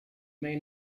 may